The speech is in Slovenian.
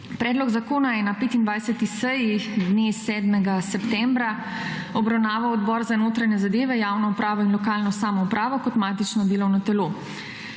Predlog zakona je na 25. seji dne 7. septembra obravnaval Odbor za notranje zadeve, javno upravo in lokalno samoupravo kot matično delovno telo.